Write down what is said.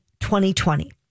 2020